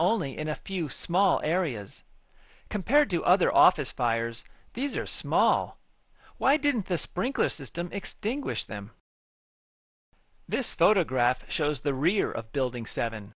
only in a few small areas compared to other office fires these are small why didn't the sprinkler system extinguish them this photograph shows the rear of building seven